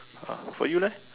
ah for you leh